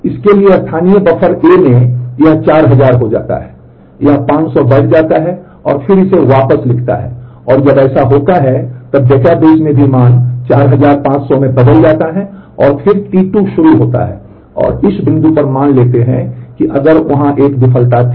इसलिए इसके स्थानीय बफर ए में यह 4000 हो जाता है यह 500 बढ़ जाता है और फिर इसे वापस लिखता है और जब ऐसा होता है तब डेटाबेस में भी मान 4500 में बदल जाता है और फिर T2 शुरू होता है और इस बिंदु पर मान लेते हैं कि अगर वहाँ था एक विफलता थी